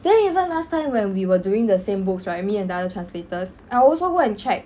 then even last time when we were doing the same books right me and the other translators I also go and check